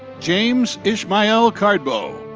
james ishmael kargbo.